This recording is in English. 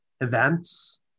events